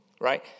Right